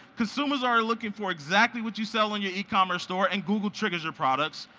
consumers are looking for exactly what you sell in your ecommerce store and google triggers your products,